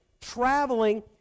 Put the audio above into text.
traveling